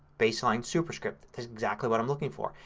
baseline superscript is exactly what i'm looking for.